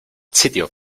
sitio